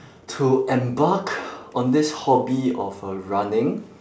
to embark on this hobby of uh running